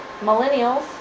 Millennials